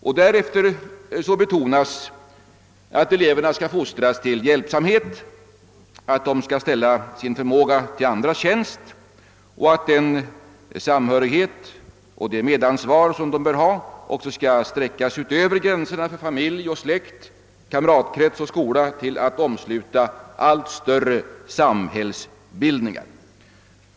Det betonas därefter att eleverna skall fostras till hjälpsamhet, att de skall ställa sin förmåga till andras tjänst och att den samhörighet och det medansvar som de bör ha också skall sträcka sig över gränserna för familj och släkt, kamratkrets och skola till att omsluta allt större samhällsbildningar.